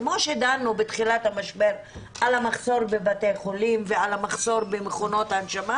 כמו שדנו בתחילת המשבר על המחסור בבתי חולים ועל המחסור במכונות הנשמה